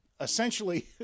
essentially